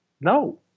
no